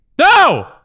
No